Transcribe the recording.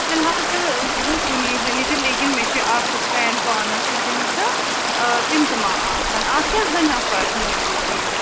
فِلحال چھِ بہٕ کُنی زٔنی لیٚکِن مےٚ چھِ اَکھ فریٚنٛڈ پانَس سۭتۍ تہٕ تِم ما آسَن اَکھ یا زٕ نَفر مٲنۍ تَو تُہۍ